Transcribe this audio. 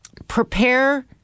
Prepare